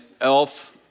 elf